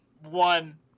one